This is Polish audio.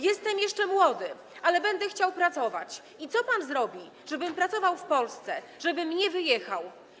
Jestem jeszcze młody, ale będę chciał pracować i co pan zrobi, żebym pracował w Polsce, żebym nie wyjechał?